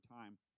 time